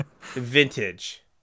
Vintage